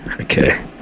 Okay